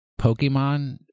Pokemon